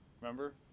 Remember